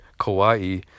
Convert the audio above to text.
Kauai